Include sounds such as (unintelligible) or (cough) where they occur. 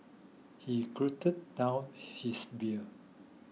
he (unintelligible) down his beer